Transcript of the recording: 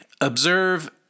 observe